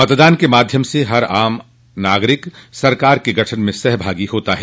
मतदान के माध्यम से हर आम नागरिक सरकार गठन में सहभागी होता है